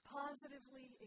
positively